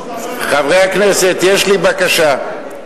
חברי הכנסת, יש לי בקשה.